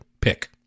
Pick